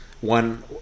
one